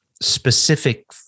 specific